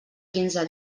quinze